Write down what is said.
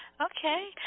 Okay